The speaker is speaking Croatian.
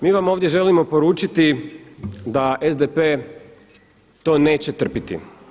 Mi vam ovdje želimo poručiti da SDP to neće trpiti.